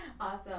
Awesome